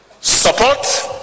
support